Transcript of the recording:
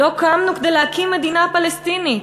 לא קמנו כדי להקים מדינה פלסטינית.